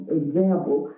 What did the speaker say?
example